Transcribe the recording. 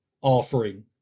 offering